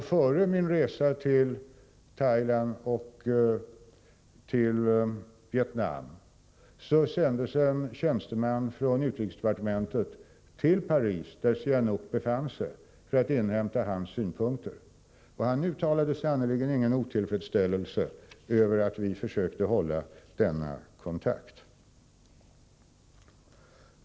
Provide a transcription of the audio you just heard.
Före min resa till Thailand och Vietnam sändes en tjänsteman från utrikesdepartementet till Paris, där Sihanouk befann sig, för att inhämta hans synpunkter. Han uttalade sannerligen ingen otillfredsställelse över att vi försökte hålla denna kontakt.